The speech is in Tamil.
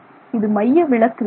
இது மையவிலக்கு விசை